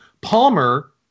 Palmer